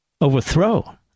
overthrow